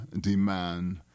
demand